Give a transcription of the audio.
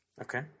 Okay